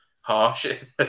harsh